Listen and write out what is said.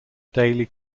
daily